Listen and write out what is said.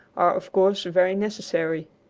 of course, very necessary.